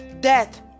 death